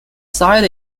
side